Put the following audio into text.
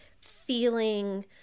feeling